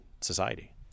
society